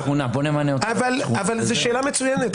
זו שאלה מצוינת,